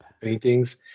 paintings